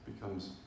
becomes